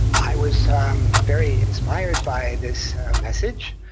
i was ah um very inspired by this message